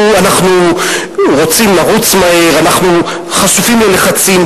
אנחנו רוצים לרוץ מהר, אנחנו חשופים ללחצים.